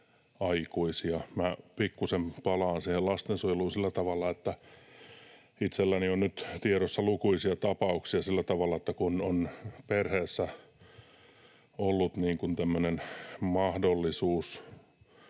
Minä pikkusen palaan lastensuojeluun sillä tavalla, että itselläni on nyt tiedossa lukuisia sellaisia tapauksia, että kun on perheessä ollut tämmöinen